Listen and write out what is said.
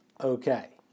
okay